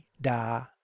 da